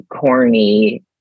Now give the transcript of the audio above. corny